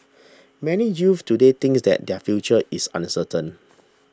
many youths today think that their future is uncertain